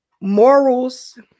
morals